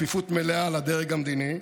1. כפיפות מלאה לדרג המדיני,